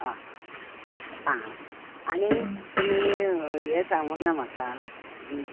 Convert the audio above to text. आं आं आनी तुमी ये सांगूना म्हाका